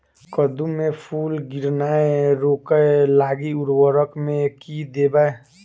कद्दू मे फूल गिरनाय रोकय लागि उर्वरक मे की देबै?